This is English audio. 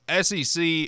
SEC